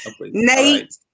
Nate